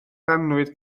annwyd